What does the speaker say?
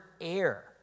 air